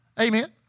Amen